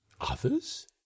others